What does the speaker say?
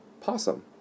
possum